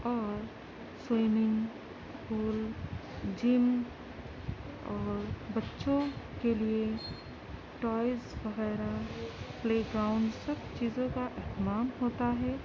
اور swimming pool gym اور بچوں کے لیے ٹوائز وغیرہ پلے گراؤنڈ سب چیزوں کا اہتمام ہوتا ہے